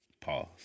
Pause